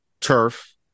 turf